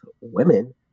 women